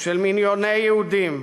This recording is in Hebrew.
של מיליוני יהודים,